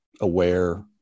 aware